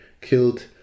killed